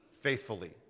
faithfully